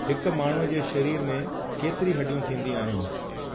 हिकु माण्हूअ जे शरीर में केतरी हॾियूं थींदियूं आहिनि